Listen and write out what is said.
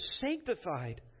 sanctified